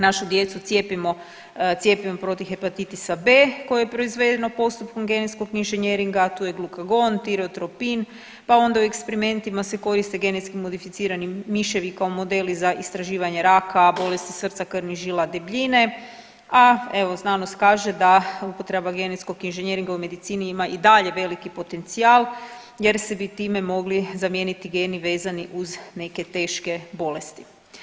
Našu djecu cijepimo cjepivom protiv hepatitisa B koji je proizvedeno postupkom genetskog inženjeringa, tu je glukagon, tirotropin, pa onda u eksperimentima se koristi genetski modificirani miševi kao modeli za istraživanje raka, bolesti srca, krvnih žila, debljine, a evo, znanost kaže da upotreba genetskog inženjeringa u medicini ima i dalje veliki potencijal jer se bi time mogli zamijeniti geni vezani uz neke teške bolesti.